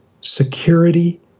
security